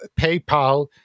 PayPal